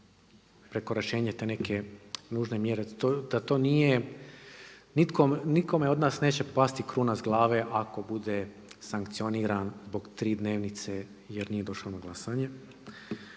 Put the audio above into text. prekoračenje te neke nužne mjere, da to nije, nikome od nas neće pasti kruna s glave ako bude sankcioniran zbog tri dnevnice jer nije došao na glasanje.